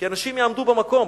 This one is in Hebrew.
כי אנשים יעמדו במקום,